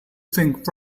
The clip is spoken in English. think